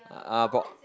uh got